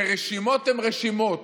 שרשימות הן רשימות,